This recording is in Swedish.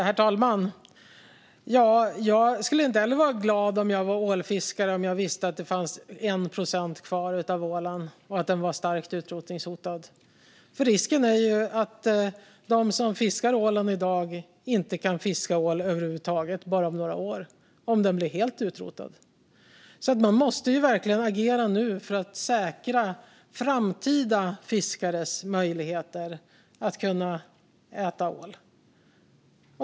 Herr talman! Jag skulle inte heller vara glad om jag var ålfiskare och visste att det fanns 1 procent kvar av ålen och att den var starkt utrotningshotad. Risken är att de som fiskar ål i dag inte kan fiska ål över huvud taget om bara några år, om den utrotas helt. Man måste verkligen agera nu för att säkra framtida fiskares möjligheter att fiska och äta ål.